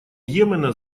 йемена